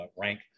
rank